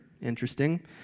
interesting